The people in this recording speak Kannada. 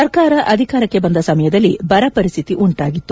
ಸರ್ಕಾರ ಅಧಿಕಾರಕ್ಕೆ ಬಂದ ಸಮಯದಲ್ಲಿ ಬರ ಪರಿಸ್ದಿತಿ ಉಂಟಾಗಿತ್ತು